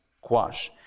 quash